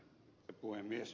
herra puhemies